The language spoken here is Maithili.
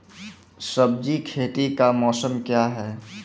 सब्जी खेती का मौसम क्या हैं?